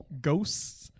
ghosts